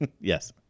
Yes